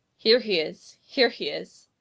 here he is, here he is.